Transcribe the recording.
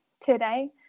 today